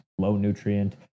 low-nutrient